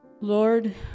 Lord